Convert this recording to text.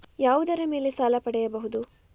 ಯಾವುದರ ಮೇಲೆ ಸಾಲ ಪಡೆಯಬಹುದು?